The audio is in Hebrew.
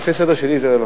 לפי הסדר שלי זה רווחה.